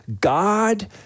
God